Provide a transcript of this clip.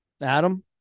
adam